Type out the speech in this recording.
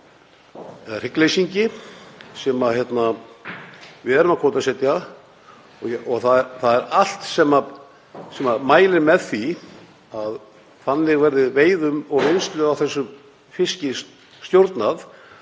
hér er hryggleysingi sem við erum að kvótasetja og það er allt sem mælir með því að þannig verði veiðum og vinnslu á þessum fiski stjórnað